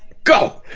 go!